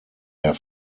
der